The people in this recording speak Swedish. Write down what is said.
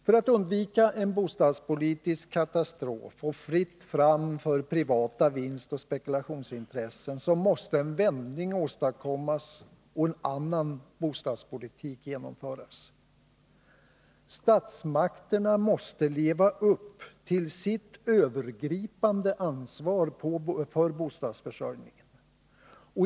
För att undvika en bostadspolitisk katastrof och fritt fram för privata vinstoch spekulationsintressen måste en vändning åstadkommas och en annan bostadspolitik genomföras. Statsmakterna måste leva upp till sitt övergripande ansvar för bostadsförsörjningen.